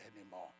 anymore